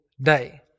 day